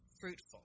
fruitful